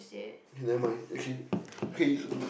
okay nevermind okay okay it's